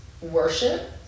worship